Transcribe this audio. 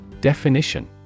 definition